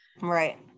Right